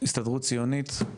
הסתדרות ציונית,